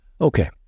Okay